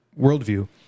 worldview